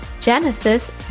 Genesis